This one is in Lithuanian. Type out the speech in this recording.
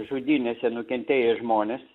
žudynėse nukentėję žmonės